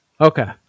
Okay